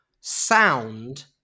sound